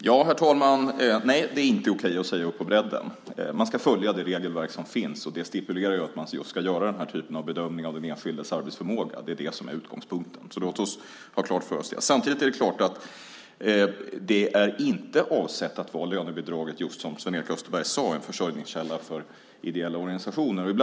Herr talman! Nej, Sven-Erik Österberg, det är inte okej att man säger upp på bredden. Man ska följa det regelverk som finns, och det stipulerar att man ska göra bedömningar av de enskildas arbetsförmåga. Det är utgångspunkten. Det ska vi ha klart för oss. Precis som Sven-Erik Österberg sade är inte avsikten med lönebidraget att det ska vara en försörjningskälla för ideella organisationer.